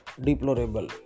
deplorable